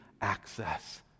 access